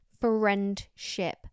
friendship